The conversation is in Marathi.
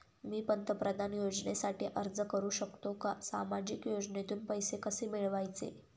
मी पंतप्रधान योजनेसाठी अर्ज करु शकतो का? सामाजिक योजनेतून पैसे कसे मिळवायचे